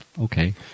okay